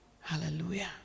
Hallelujah